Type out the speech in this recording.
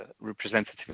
representative